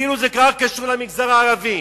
כאילו היא כבר קשורה למגזר הערבי?